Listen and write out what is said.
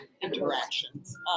interactions